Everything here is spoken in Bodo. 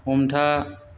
हमथा